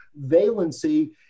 valency